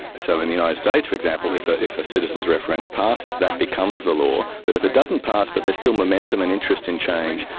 so in the united states, for example, if ah if a citizens referendum passes, that becomes the law. but if it doesn't pass but there is still momentum and interest in change,